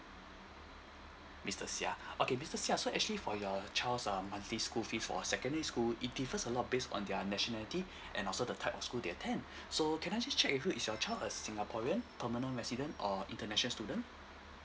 mister siah okay mister siah so actually for your child um monthly school fees for secondary school it give us a lot based on their nationality and also the type of school they attend so can I just check with you is your child a singaporean permanent resident or international student